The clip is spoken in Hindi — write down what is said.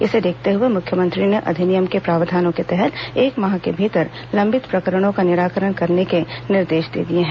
इसे देखते हुए मुख्यमंत्री ने अधिनियम के प्रावधानों के तहत एक माह के भीतर लंबित प्रकरणों का निराकरण करने के निर्देश के दिए हैं